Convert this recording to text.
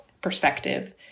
perspective